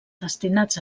destinats